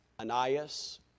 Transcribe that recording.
Anias